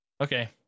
Okay